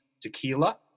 Tequila